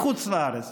לחוץ לארץ,